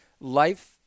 life